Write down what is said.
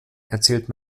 erzählt